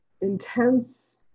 intense